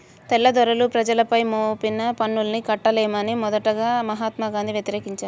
తెల్లదొరలు ప్రజలపై మోపిన పన్నుల్ని కట్టలేమని మొదటగా మహాత్మా గాంధీ వ్యతిరేకించారు